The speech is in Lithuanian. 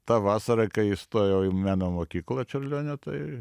tą vasarą kai įstojau į meno mokyklą čiurlionio tai